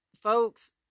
Folks